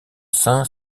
saint